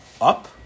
up